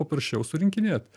paprasčiau surinkinėt